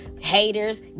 haters